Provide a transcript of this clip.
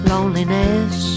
Loneliness